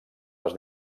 les